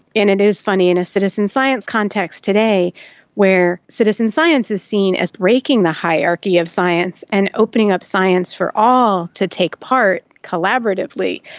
it is funny in a citizen science context today where citizen science is seen as breaking the hierarchy of science and opening up science for all to take part collaboratively.